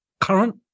current